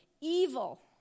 evil